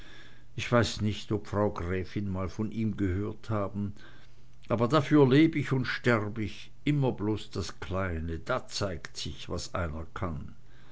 ich weiß nicht ob frau gräfin mal von ihm gehört haben aber dafür leb ich und sterb ich immer bloß das kleine da zeigt sich's was einer kann